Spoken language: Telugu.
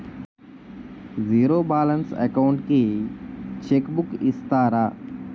జీరో బాలన్స్ అకౌంట్ కి చెక్ బుక్ ఇస్తారా?